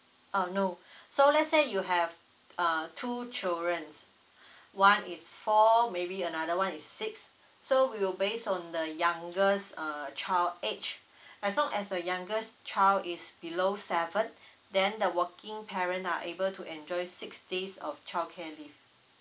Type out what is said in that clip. uh no so let's say you have uh two childrens one is four maybe another one is six so we will based on the youngest err child age as long as the youngest child is below seven then the working parent are able to enjoy six days of childcare leave